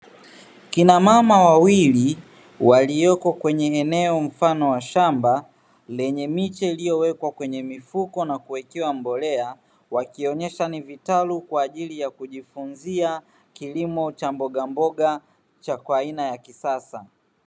Kinamama wawili walioko kwenye eneo mfano wa shamba lenye miche iliyowekwa kwenye mifuko na kuwekewa mbolea, wakionyesha ni vitalu kwa ajili ya kujifunzia kilimo cha mbogamboga cha aina ya kisasa.